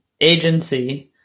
agency